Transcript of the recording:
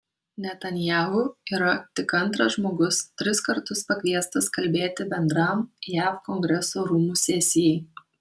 netanyahu yra tik antras žmogus tris kartus pakviestas kalbėti bendram jav kongreso rūmų sesijai